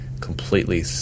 completely